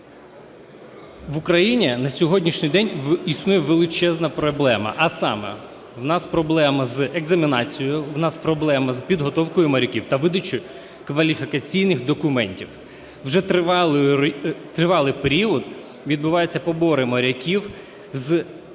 В Україні на сьогоднішній день існує величезна проблема, а саме: у нас проблема з екзаменацією, у нас проблема з підготовкою моряків та видачею кваліфікаційних документів. Уже тривалий період відбуваються побори моряків з цих